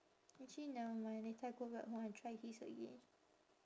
actually never mind later I go back home I try his again